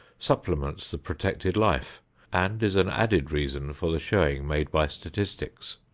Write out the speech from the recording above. supplements the protected life and is an added reason for the showing made by statistics.